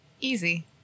Easy